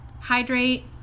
hydrate